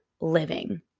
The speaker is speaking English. living